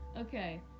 okay